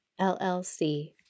LLC